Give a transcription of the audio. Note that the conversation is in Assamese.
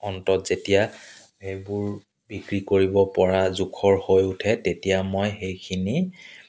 অন্তত যেতিয়া সেইবোৰ বিক্ৰী কৰিব পৰা জোখৰ হৈ উঠে তেতিয়া মই সেইখিনি